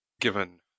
given